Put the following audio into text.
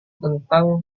tentang